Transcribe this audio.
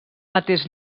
mateix